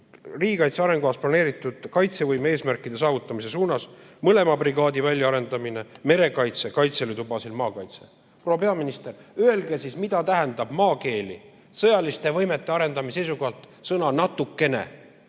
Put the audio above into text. –riigikaitse arengukavas plaanitud kaitsevõime eesmärkide saavutamise suunas: mõlema brigaadi väljaarendamine, merekaitse, Kaitseliidu baasil maakaitse. Proua peaminister, öelge siis, mida tähendab maakeeli sõjaliste võimete arendamise seisukohalt sõna "natukene"?